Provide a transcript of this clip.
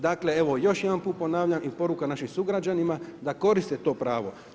Dakle evo još jedanput ponavljam i poruka našim sugrađanima da koriste to pravo.